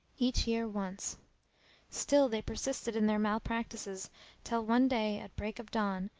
each year once still they persisted in their malpractises till one day at break of dawn,